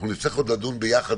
אנחנו נצטרך עוד לדון ביחד,